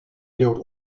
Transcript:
bliuwt